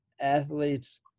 athletes